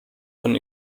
von